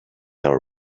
our